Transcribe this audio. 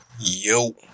Yo